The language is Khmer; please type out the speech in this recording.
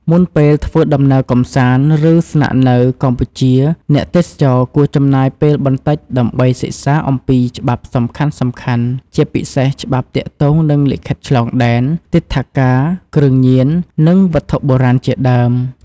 មុនពេលធ្វើដំណើរកម្សាន្ត ឬស្នាក់នៅកម្ពុជា អ្នកទេសចរគួរចំណាយពេលបន្តិចដើម្បីសិក្សាអំពីច្បាប់សំខាន់ៗ ជាពិសេសច្បាប់ទាក់ទងនឹងលិខិតឆ្លងដែន ទិដ្ឋាការ គ្រឿងញៀន និងវត្ថុបុរាណជាដើម។